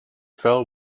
fell